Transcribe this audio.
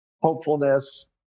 hopefulness